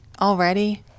already